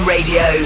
Radio